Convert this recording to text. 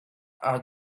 are